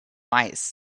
eyes